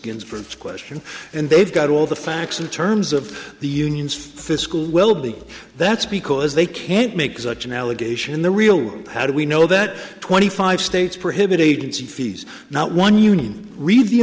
ginsburg's question and they've got all the facts in terms of the union's fiscal well being that's because they can't make such an allegation the real how do we know that twenty five states prohibit agency fees not one union re